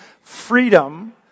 freedom